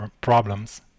problems